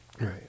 Right